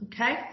Okay